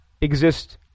exist